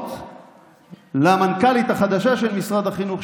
ברכות למנכ"לית החדשה של משרד החינוך,